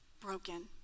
broken